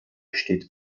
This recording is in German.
steht